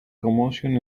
commotion